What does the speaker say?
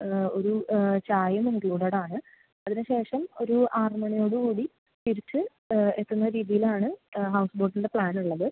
ഒരു ചായയും ഇൻക്ലൂഡഡ് ആണ് അതിനു ശേഷം ഒരു ആറുമണിയോടു കൂടി തിരിച്ച് എത്തുന്ന രീതിയിലാണ് ഹൗസ്ബോട്ടിൻ്റെ പ്ലാൻ ഉള്ളത്